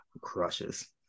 crushes